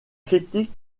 critiques